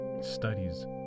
studies